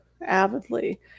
avidly